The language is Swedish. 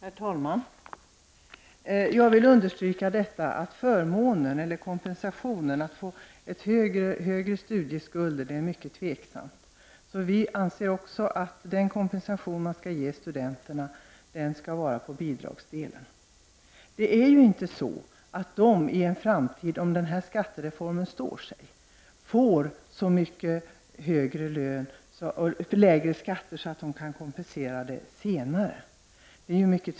Herr talman! Jag vill understryka att det är mycket tveksamt om högre studieskulder är en kompensation. Vi i miljöpartiet anser också att den kompensation som studenterna skall ha skall läggas på bidragsdelen. Även om skattereformen står sig i framtiden, är det inte säkert att de får så låga skatter att de kan kompensera sig senare.